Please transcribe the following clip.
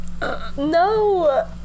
No